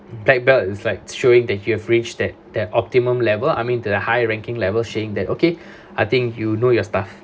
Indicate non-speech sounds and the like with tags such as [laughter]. black belt is like showing that you have reached that that optimum level I mean to the higher ranking level saying that okay [breath] I think you know your stuff